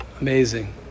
Amazing